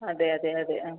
അതെ അതെ അതെ ആ